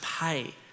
pay